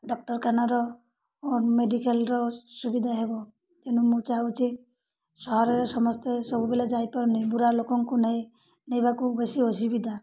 ଡାକ୍ତରଖାନାର ମେଡ଼ିକାଲର ସୁବିଧା ହେବ ତେଣୁ ମୁଁ ଚାହୁଁଛି ସହରରେ ସମସ୍ତେ ସବୁବେଳେ ଯାଇପାରୁନି ବୁଢ଼ା ଲୋକଙ୍କୁ ନେଇ ନେବାକୁ ବେଶୀ ଅସୁବିଧା